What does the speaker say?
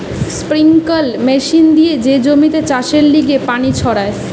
sprinkler machine দিয়ে যে জমিতে চাষের লিগে পানি ছড়ায়